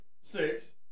Six